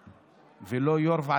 שמעתי קודם פה צעקות